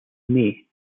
may